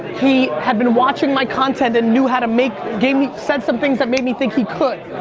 he had been watching my content and knew how to make gave me, said some things that made me think he could.